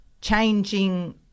changing